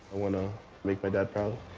i wanna make my dad proud.